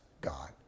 God